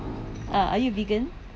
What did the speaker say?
ah are you a vegan